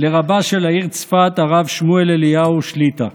לרבה של העיר צפת, הרב שמואל אליהו שליט"א.